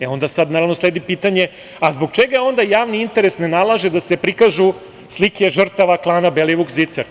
E onda sledi pitanje – a zbog čega je javni interes ne nalaže da se prikažu slike žrtava klana Belivuk-Zicer?